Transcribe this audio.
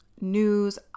news